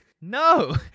No